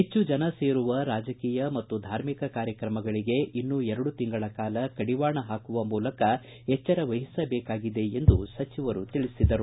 ಹೆಚ್ಚು ಜನ ಸೇರುವ ರಾಜಕೀಯ ಮತ್ತು ಧಾರ್ಮಿಕ ಕಾರ್ಯಕ್ರಮಗಳಿಗೆ ಇನ್ನೂ ಎರಡು ತಿಂಗಳ ಕಾಲ ಕಡಿವಾಣ ಹಾಕುವ ಮೂಲಕ ಎಚ್ದರವಹಿಸಬೇಕಾಗಿದೆ ಎಂದು ತಿಳಿಸಿದರು